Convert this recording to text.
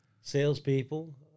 salespeople